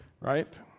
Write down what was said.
right